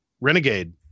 Renegade